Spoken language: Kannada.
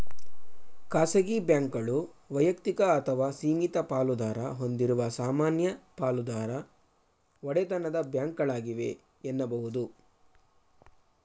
ಖಾಸಗಿ ಬ್ಯಾಂಕ್ಗಳು ವೈಯಕ್ತಿಕ ಅಥವಾ ಸೀಮಿತ ಪಾಲುದಾರ ಹೊಂದಿರುವ ಸಾಮಾನ್ಯ ಪಾಲುದಾರ ಒಡೆತನದ ಬ್ಯಾಂಕ್ಗಳಾಗಿವೆ ಎನ್ನುಬಹುದು